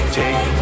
take